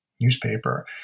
newspaper